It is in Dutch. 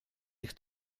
zich